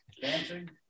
Dancing